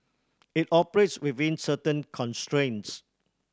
it operates within certain constraints